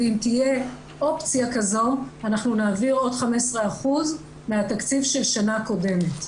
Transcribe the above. ואם תהיה אופציה כזו אנחנו נעביר עוד 15% מהתקציב של שנה קודמת.